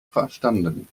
verstanden